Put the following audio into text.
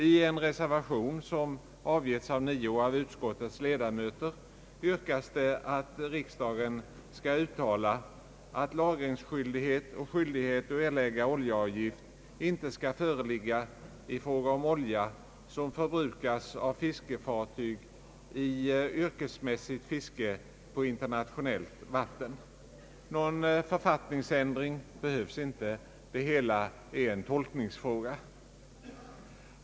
I en reservation, som avgivits av nio av utskottets ledamöter, yrkas »att riksdagen måtte uttala att lagringsskyldighet och skyldighet att erlägga oljeavgift inte skall föreligga i fråga om olja som förbrukas av fiskefartyg i yrkesmässigt fiske på internationellt vatten». Någon författningsändring behövs inte. Det hela är en tolkningsfråga.